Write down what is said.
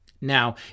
Now